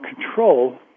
control